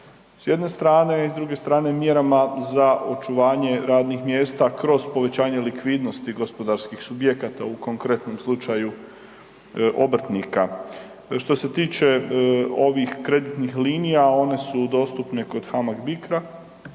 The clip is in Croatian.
s jedne strane i s druge strane mjerama za očuvanje radnih mjesta kroz povećanje likvidnosti gospodarskih subjekata, u konkretnom slučaju obrtnika. Što se tiče ovih kreditnih linija, one su dostupne kod HAMAG-BICRA.